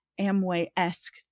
Amway-esque